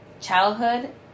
childhood